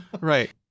Right